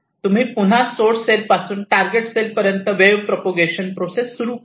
तुम्ही पुन्हा source cell पासून टारगेट सेल पर्यंत वेव्ह प्रपोगेशन प्रोसेस सुरु करू